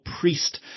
priest